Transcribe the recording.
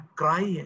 cry